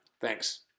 Thanks